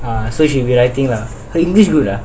so she rewriting lah her english good ah